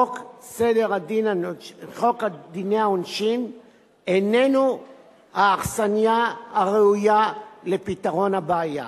חוק דיני העונשין איננו האכסניה הראויה לפתרון הבעיה.